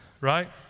right